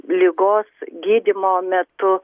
ligos gydymo metu